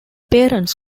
parents